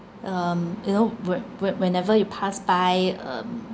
um you know whe~ whe~ whenever you pass by um